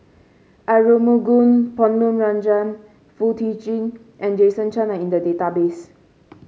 Aarumugam Ponnu Rajah Foo Tee Jun and Jason Chan are in the database